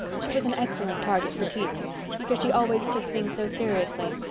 she was an excellent target for teasing because she always took things so seriously.